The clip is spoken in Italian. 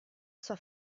sua